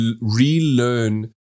relearn